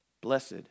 Blessed